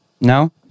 No